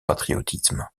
patriotisme